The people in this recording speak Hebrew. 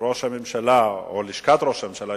ראש הממשלה או לשכת ראש הממשלה,